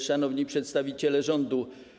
Szanowni Przedstawiciele Rządu!